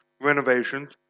renovations